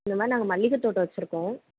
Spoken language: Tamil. இந்தமாதிரி நாங்கள் மல்லிகை தோட்டம் வைச்சிருக்கோம்